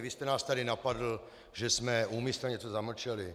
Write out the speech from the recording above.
Vy jste nás tady napadl, že jsme úmyslně něco zamlčeli.